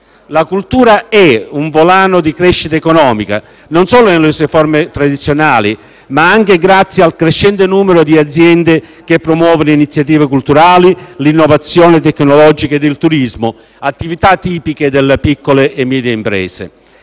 La cultura è un volano di crescita economica non solo nelle sue forme tradizionali, ma anche grazie al crescente numero di aziende che promuovono iniziative culturali, l'innovazione tecnologica e il turismo, attività tipiche delle piccole e medie imprese.